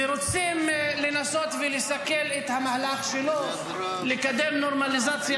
ורוצים לנסות ולסכל את המהלך שלו לקדם נורמליזציה